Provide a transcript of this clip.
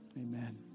Amen